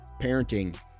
parenting